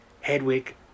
Hedwig